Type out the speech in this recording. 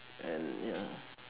and ya